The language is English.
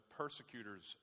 persecutors